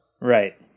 Right